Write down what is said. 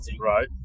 Right